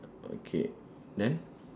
okay then